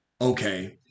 okay